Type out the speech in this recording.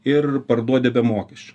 ir parduodi be mokesčių